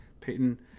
Peyton